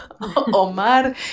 Omar